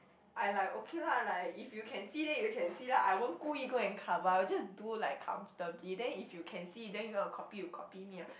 I like okay lah like if you can see then you can see lah I won't 故意 go and cover up just do like comfortably then if you can see then if you want to copy you copy me ah